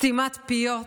סתימת פיות,